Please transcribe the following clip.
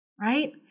right